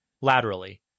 laterally